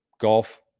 golf